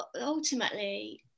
ultimately